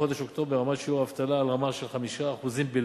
בחודש אוקטובר עמד שיעור האבטלה על רמה של 5% בלבד.